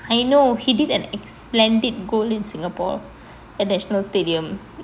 I know he did an splendid goal singapore at national stadium